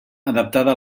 adaptada